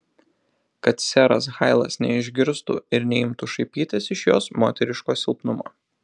kad seras hailas neišgirstų ir neimtų šaipytis iš jos moteriško silpnumo